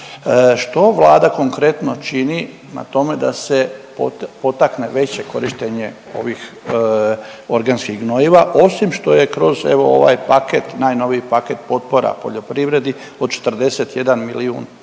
Što Vlada konkretno čini na tome da se potakne veće korištenje ovih organskih gnojiva osim što je kroz evo ovaj paket, najnoviji paket potpora poljoprivredi od 41 milijun kuna